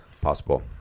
possible